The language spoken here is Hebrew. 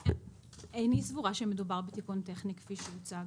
איני סבורה שמדובר בתיקון טכני כפי שהוצג.